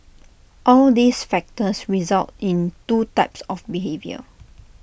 all these factors result in two types of behaviour